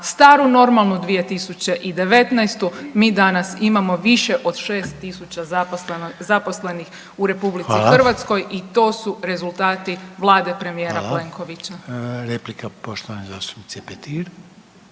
staru normalnu 2019. mi danas imamo više od 6 tisuća zaposlenih u Republici Hrvatskoj i to su rezultati Vlade premijera Plenkovića.